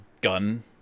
gun